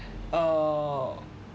uh